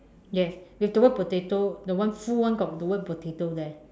yes with the word potato the one full one got the the word potato there